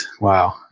Wow